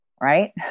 Right